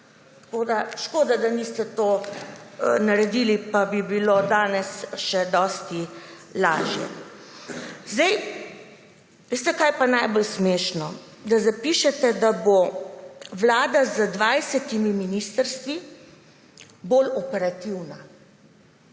Škoda, da niste tega naredili pa bi bilo danes še dosti lažje. Veste, kaj je pa najbolj smešno? Da zapišete, da bo vlada z 20 ministrstvi bolj operativna.